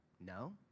No